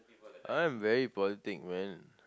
I'm very politic man